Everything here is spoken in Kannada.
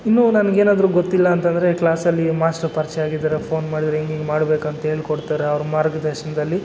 ಇನ್ನೂ ನನ್ಗೆ ಏನಾದರೂ ಗೊತ್ತಿಲ್ಲ ಅಂತಂದರೆ ಕ್ಲಾಸಲ್ಲಿ ಮಾಸ್ಟ್ರ್ ಪರ್ಚಯ ಆಗಿದಾರೆ ಫೋನ್ ಮಾಡಿದ್ರೆ ಹಿಂಗ್ ಹಿಂಗ್ ಮಾಡ್ಬೇಕು ಅಂತ ಹೇಳ್ಕೊಡ್ತರೆ ಅವ್ರ ಮಾರ್ಗದರ್ಶನ್ದಲ್ಲಿ